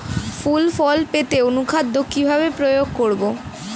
ফুল ফল পেতে অনুখাদ্য কিভাবে প্রয়োগ করব?